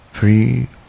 free